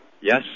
Yes